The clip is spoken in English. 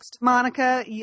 Monica